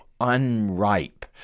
unripe